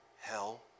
hell